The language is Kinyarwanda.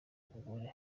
w’umugore